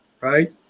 right